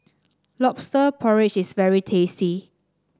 lobster porridge is very tasty